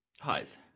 Highs